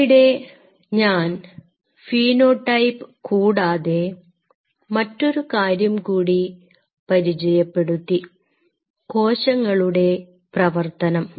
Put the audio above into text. ഇവിടെ ഞാൻ ഫീനോടൈപ്പ് കൂടാതെ മറ്റൊരു കാര്യം കൂടി പരിചയപ്പെടുത്തി കോശങ്ങളുടെ പ്രവർത്തനം